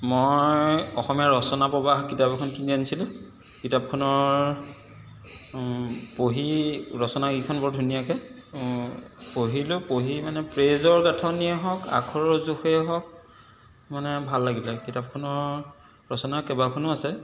মই অসমীয়া ৰচনা প্ৰবাহ কিতাপ এখন কিনি আনিছিলোঁ কিতাপখনৰ পঢ়ি ৰচনা কিখন বৰ ধুনীয়াকৈ পঢ়িলোঁ পঢ়ি মানে পেজৰ গাঁথনিয়ে হওক আখৰৰ জোখেই হওক মানে ভাল লাগিলে কিতাপখনত ৰচনা কেইবাখনো আছে